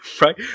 right